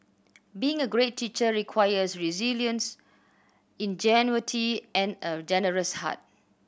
being a great teacher requires resilience ingenuity and a generous heart